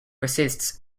resists